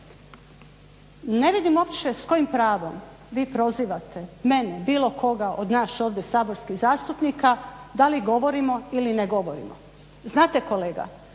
ne vidim uopće s kojim pravom vi prozivate mene ili bilo koga od nas ovdje saborskih zastupnika da li govorimo ili ne govorimo. Znate kolega